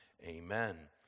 amen